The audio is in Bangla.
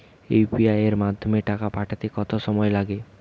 ইউ.পি.আই এর মাধ্যমে টাকা পাঠাতে কত সময় লাগে?